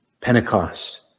Pentecost